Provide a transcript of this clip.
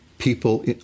people